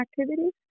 activities